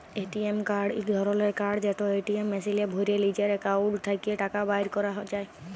ATM card ইক ধরলের card যেট এটিএম মেশিলে ভ্যরে লিজের একাউল্ট থ্যাকে টাকা বাইর ক্যরা যায়